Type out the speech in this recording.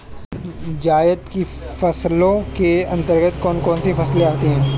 जायद की फसलों के अंतर्गत कौन कौन सी फसलें आती हैं?